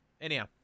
Anyhow